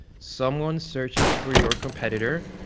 someone searches for your competitor,